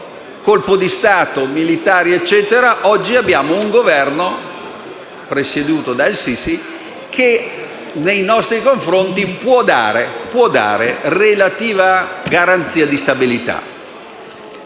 colpo di Stato dei militari e oggi abbiamo un Governo presieduto da al-Sisi, che nei nostri confronti può dare relativa garanzia di stabilità.